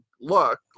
look